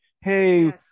hey